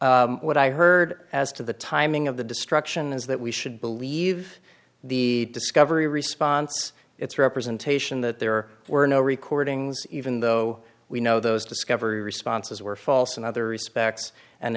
what i heard as to the timing of the destruction is that we should believe the discovery response it's representation that there were no recordings even though we know those discovery responses were false in other respects and